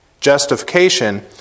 justification